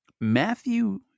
Matthew